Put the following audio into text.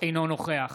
אינו נוכח